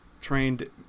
trained